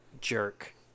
jerk